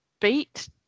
beat